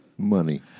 Money